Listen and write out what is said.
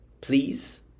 please